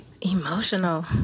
Emotional